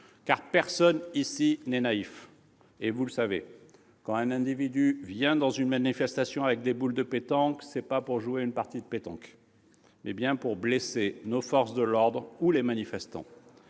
Personne, ici, n'est naïf : quand un individu vient dans une manifestation avec des boules de pétanque, ce n'est pas pour disputer une partie de pétanque, mais c'est bien pour blesser nos forces de l'ordre ou des manifestants.